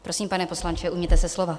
Prosím, pane poslanče, ujměte se slova.